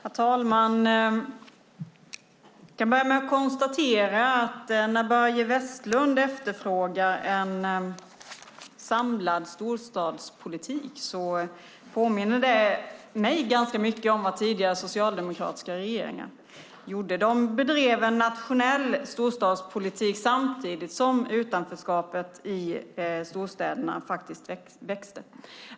Herr talman! Jag kan börja med att konstatera att när Börje Vestlund efterfrågar en samlad storstadspolitik påminner det ganska mycket om vad den tidigare socialdemokartiska regeringen gjorde. Den bedrev en nationell storstadspolitik samtidigt som utanförskapet i storstäderna växte.